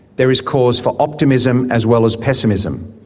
there is cause for optimism as well as pessimism.